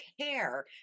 care